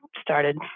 started